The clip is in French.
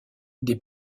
des